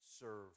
serve